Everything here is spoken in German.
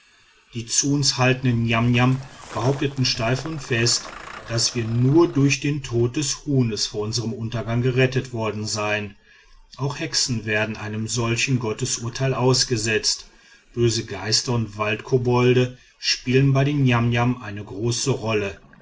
die zu uns haltenden niamniam behaupteten steif und fest daß wir nur durch den tod des huhns vor unserm untergang gerettet worden seien auch hexen werden einem solchen gottesurteil ausgesetzt böse geister und waldkobolde spielen bei den niamniam eine große rolle